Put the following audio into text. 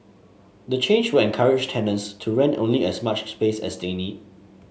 the change will encourage tenants to rent only as much space as they need